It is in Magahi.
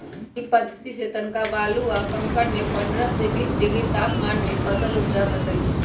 इ पद्धतिसे तनका बालू आ कंकरमें पंडह से बीस डिग्री तापमान में फसल उपजा सकइछि